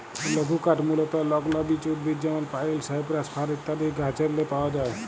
লঘুকাঠ মূলতঃ লগ্ল বিচ উদ্ভিদ যেমল পাইল, সাইপ্রাস, ফার ইত্যাদি গাহাচেরলে পাউয়া যায়